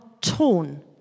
torn